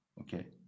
okay